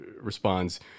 responds